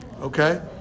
Okay